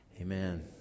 amen